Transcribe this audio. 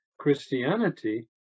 Christianity